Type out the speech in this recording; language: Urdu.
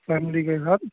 فیملی کے ساتھ